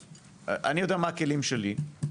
אני יודע מה הכלים שלי,